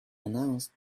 announced